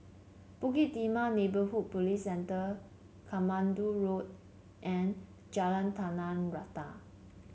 Bukit Timah Neighbourhood Police Centre Katmandu Road and Jalan Tanah Rata